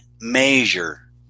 measure